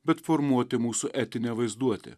bet formuoti mūsų etinę vaizduotę